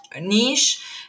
niche